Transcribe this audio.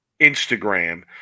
Instagram